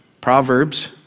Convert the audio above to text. Proverbs